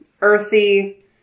earthy